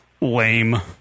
lame